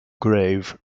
grave